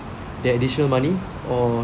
that additional money or